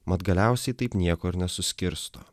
mat galiausiai taip nieko ir nesuskirsto